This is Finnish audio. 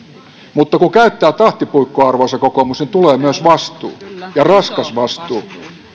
mutta kun käyttää tahtipuikkoa arvoisa kokoomus niin tulee myös vastuu ja raskas vastuu